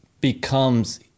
becomes